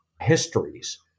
histories